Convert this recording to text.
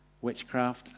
witchcraft